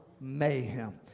Mayhem